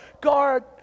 Guard